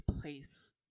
place